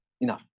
enough